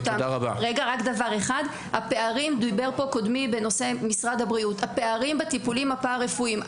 דיבר פה קודמי בנושא משרד הבריאות הפערים בטיפולים הפרא-רפואיים: